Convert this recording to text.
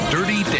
Dirty